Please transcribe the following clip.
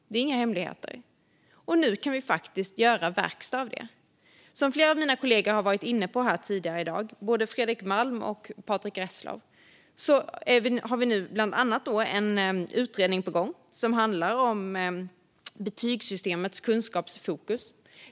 Det är inga hemligheter, utan nu kan vi faktiskt göra verkstad av detta. Som flera av mina kollegor, både Fredrik Malm och Patrick Reslow, har varit inne på tidigare här i dag har vi nu bland annat en utredning på gång som handlar om betygssystemets kunskapsfokus.